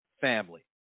family